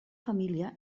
família